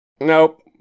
Nope